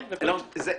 כן, זה כן.